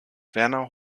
werner